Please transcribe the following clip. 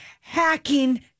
Hacking